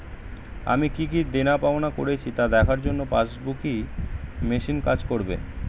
আমি কি কি দেনাপাওনা করেছি তা দেখার জন্য পাসবুক ই মেশিন কাজ করবে?